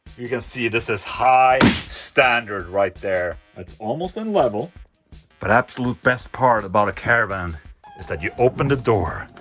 you can see this is high standard right there it's almost in level but absolute best part about a caravan is that you open the door.